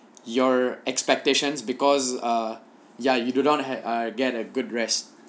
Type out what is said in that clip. your expectations because ah ya you do not ah get a good rest